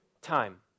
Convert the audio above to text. time